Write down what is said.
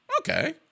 okay